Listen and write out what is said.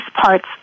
parts